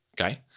okay